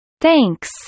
Thanks